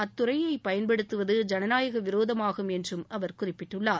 அத்துறையை பயன்படுத்துவது ஜனநாயக விரோதமாகும் என்றும் அவர் குறிப்பிட்டுள்ளார்